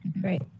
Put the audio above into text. Great